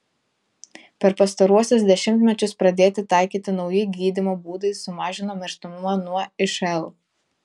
per pastaruosius dešimtmečius pradėti taikyti nauji gydymo būdai sumažino mirštamumą nuo išl